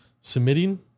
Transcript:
submitting